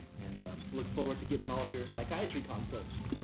and look forward to getting all of your psychiatry consults.